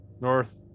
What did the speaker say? north